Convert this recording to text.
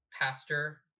pastor